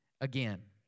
again